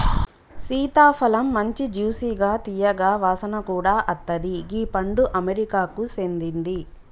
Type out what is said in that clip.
సీతాఫలమ్ మంచి జ్యూసిగా తీయగా వాసన కూడా అత్తది గీ పండు అమెరికాకు సేందింది